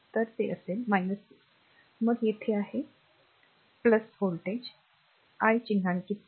तर ते असेल 6 मग येथे आहे r काय म्हणा r व्होल्टेज I चिन्हांकित नाही